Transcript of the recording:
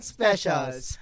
Specials